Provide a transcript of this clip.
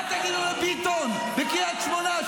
מה תגידו לביטון בקריית שמונה?